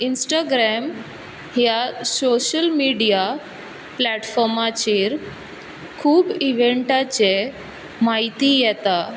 Instagram ह्या social media प्लेटफोर्माचेर खूब इवेंटाचे माहिती येता